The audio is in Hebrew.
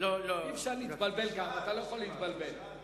אי-אפשר להתבלבל, אתה לא יכול להתבלבל.